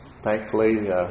thankfully